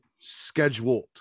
scheduled